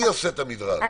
מי עושה את המדרג?